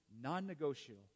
non-negotiable